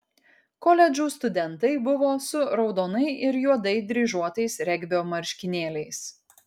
koledžų studentai buvo su raudonai ir juodai dryžuotais regbio marškinėliais